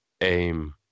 aim